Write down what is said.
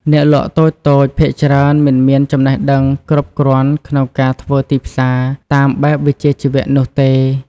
អ្នកលក់តូចៗភាគច្រើនមិនមានចំណេះដឹងគ្រប់គ្រាន់ក្នុងការធ្វើទីផ្សារតាមបែបវិជ្ជាជីវៈនោះទេ។